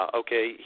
okay